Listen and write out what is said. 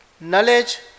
knowledge